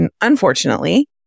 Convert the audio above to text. unfortunately